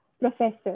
professor